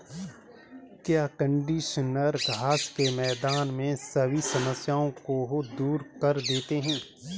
क्या कंडीशनर घास के मैदान में सभी समस्याओं को दूर कर देते हैं?